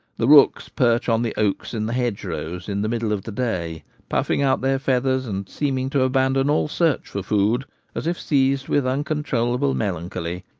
the rooks perch on the oaks in the hedgerows in the middle of the day, puffing out their feathers and seem ing to abandon all search for food as if seized with uncontrollable melancholy.